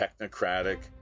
technocratic